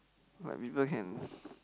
like people can